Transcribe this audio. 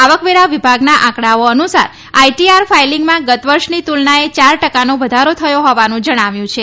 આવકવેરા વિભાગે આંકડાઓ અનુસાર આઈટીઆર ફાઈલિંગમાં ગત વર્ષની તુલનાએ યાર ટકાનો વધારો થયો હોવાનું જણાવ્યું છે